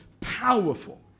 powerful